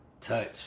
touch